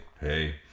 hey